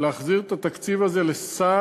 להחזיר את התקציב הזה לסל